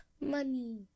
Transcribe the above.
money